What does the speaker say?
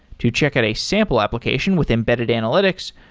to check out a sample application with embedded analytics,